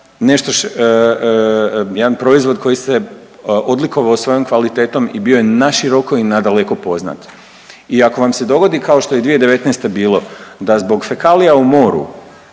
nešto, jedan proizvod koji se odlikovao svojom kvalitetom i bio je naširoko i nadaleko poznat. I ako vam se dogodi kao što je 2019. bilo da zbog fekalija u moru